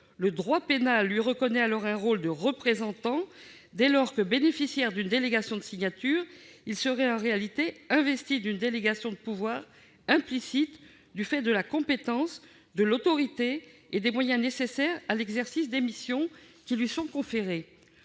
Le droit pénal lui reconnaît alors un rôle de représentant : bénéficiaire d'une délégation de signature, il serait en réalité investi d'une délégation de pouvoir implicite du fait de la compétence, de l'autorité et des moyens nécessaires à l'exercice des missions qui lui sont conférées.